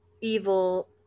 evil